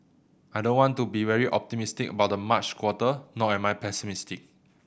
I don't want to be very optimistic about the March quarter nor am I pessimistic